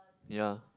yea